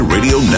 Radio